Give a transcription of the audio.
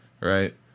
right